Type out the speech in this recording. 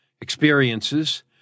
experiences